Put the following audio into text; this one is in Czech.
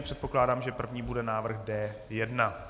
Předpokládám, že první bude návrh D1.